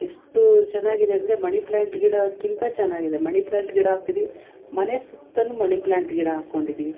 ಎಷ್ಟು ಚೆನ್ನಾಗಿದೆ ಅಂದರೆ ಮಣಿ ಪ್ಲ್ಯಾಂಟ್ ಗಿಡಕ್ಕಿಂತ ಚೆನ್ನಾಗಿದೆ ಮಣಿ ಪ್ಲ್ಯಾಂಟ್ ಗಿಡ ಹಾಕಿದ್ದೀವಿ ಮನೆ ಸುತ್ತಲೂ ಮಣಿ ಪ್ಲ್ಯಾಂಟ್ ಗಿಡ ಹಾಕ್ಕೊಂಡಿದ್ದೀವಿ